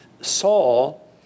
Saul